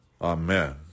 Amen